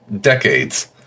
decades